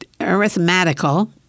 Arithmetical